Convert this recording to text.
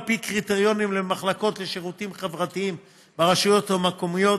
פי קריטריונים למחלקות לשירותים חברתיים ברשויות המקומיות,